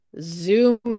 zoom